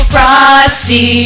Frosty